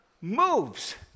moves